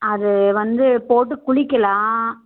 அது வந்து போட்டுக் குளிக்கலாம்